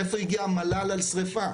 מאיפה הגיע המל"ל על שריפה?